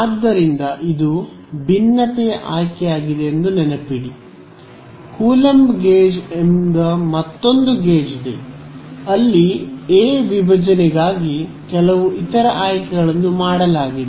ಆದ್ದರಿಂದ ಇದು ಭಿನ್ನತೆಯ ಆಯ್ಕೆಯಾಗಿದೆ ಎಂದು ನೆನಪಿಡಿ ಕೂಲಂಬ್ ಗೇಜ್ ಎಂಬ ಮತ್ತೊಂದು ಗೇಜ್ ಇದೆ ಅಲ್ಲಿ ಎ ವಿಭಜನೆಗಾಗಿ ಕೆಲವು ಇತರ ಆಯ್ಕೆಗಳನ್ನು ಮಾಡಲಾಗಿದೆ